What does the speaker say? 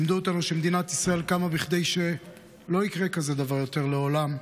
לימדו אותנו שמדינת ישראל קמה כדי שלא יקרה כזה דבר יותר לעולם.